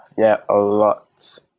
yeah, a lot.